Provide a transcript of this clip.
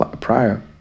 prior